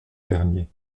dernier